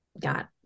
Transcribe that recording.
got